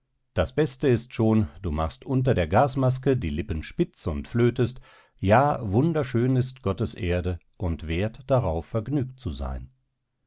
das beste ist schon du machst unter der gasmaske die lippen spitz und flötest ja wunderschön ist gottes erde und wert darauf vergnügt zu sein